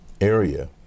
area